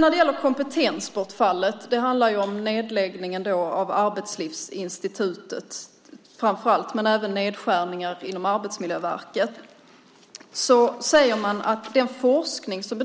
När det gäller kompetensbortfallet, det handlar ju framför allt om nedläggningen av Arbetslivsinstitutet men även om nedskärningar inom Arbetsmiljöverket, säger man att den forskning som